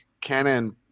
Canon